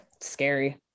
scary